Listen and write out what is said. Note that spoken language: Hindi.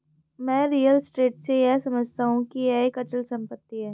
मैं रियल स्टेट से यह समझता हूं कि यह एक अचल संपत्ति है